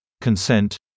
consent